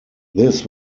this